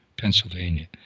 Pennsylvania